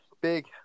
big